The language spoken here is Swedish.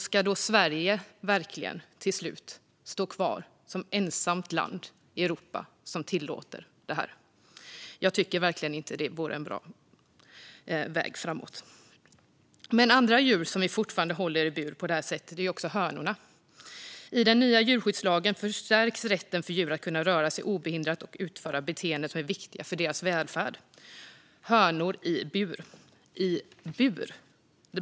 Ska Sverige verkligen till slut stå kvar som ensamt land i Europa som tillåter det här? Jag tycker verkligen inte att det vore en bra väg framåt. Andra djur som vi fortfarande håller i bur på det här sättet är hönor. I den nya djurskyddslagen förstärks rätten för djur att kunna röra sig obehindrat och utföra beteenden som är viktiga för deras välfärd. Hönor i bur - i bur.